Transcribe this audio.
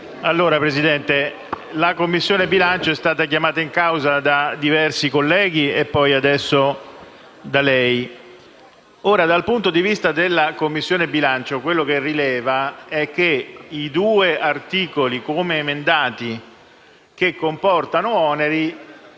la Commissione bilancio è stata chiamata in causa da diversi colleghi e adesso anche da lei. Ora, dal punto di vista della Commissione bilancio, quello che rileva è che i due articoli, come emendati, che comportano oneri